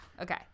okay